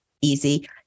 Easy